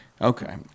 Okay